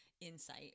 insight